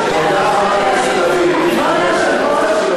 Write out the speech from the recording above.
יש התנגדות של זהבה גלאון.